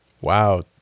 Wow